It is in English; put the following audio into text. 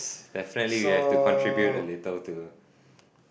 so